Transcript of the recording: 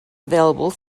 available